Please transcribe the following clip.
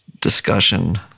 discussion